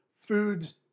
foods